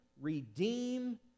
redeem